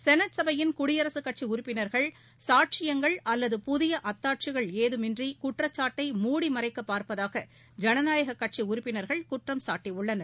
சௌட் சபையின் குடியரசு கட்சி உறுப்பினர்கள் சாட்சியங்கள் அல்லது புதிய அத்தாட்சிகள் ஏதுமின்றி குற்றச்சாட்டை மூடிமறைக்கப் பார்ப்பதாக ஜனநாயக கட்சி உறுப்பினர்கள் குற்றம் சாட்டியுள்ளனர்